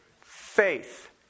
faith